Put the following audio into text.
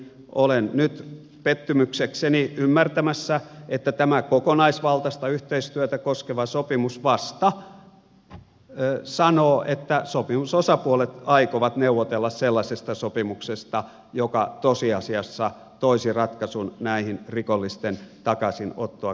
olen nyt pettymyksekseni ymmärtämässä että tämä kokonaisvaltaista yhteistyötä koskeva sopimus vasta sanoo että sopimusosapuolet aikovat neuvotella sellaisesta sopimuksesta joka tosiasiassa toisi ratkaisun näihin rikollisten takaisinottoa koskeviin kysymyksiin